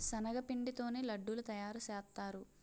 శనగపిండి తోనే లడ్డూలు తయారుసేత్తారు